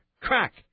crack